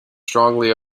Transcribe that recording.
strongly